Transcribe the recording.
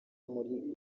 muri